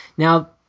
Now